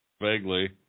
Vaguely